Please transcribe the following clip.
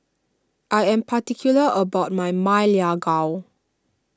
I am particular about my Ma Lai Gao